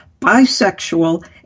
Bisexual